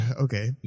Okay